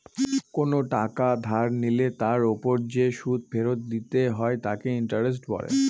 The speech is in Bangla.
কোন টাকা ধার নিলে তার ওপর যে সুদ ফেরত দিতে হয় তাকে ইন্টারেস্ট বলে